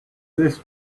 this